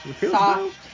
soft